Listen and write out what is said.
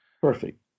perfect